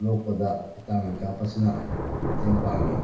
ꯂꯣꯛꯄꯗ vitamin ꯀꯥꯞꯄꯁꯤꯅ ꯃꯇꯦꯡ ꯄꯥꯡꯉꯤ